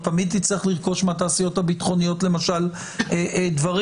או תמיד תצטרך לרכוש מהתעשיות הביטחוניות למשל דברים.